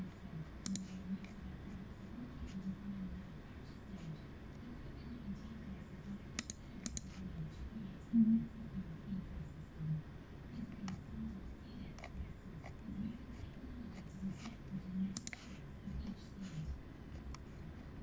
mm